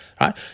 right